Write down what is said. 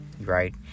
right